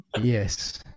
Yes